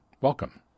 Welcome